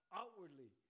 outwardly